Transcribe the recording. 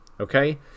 okay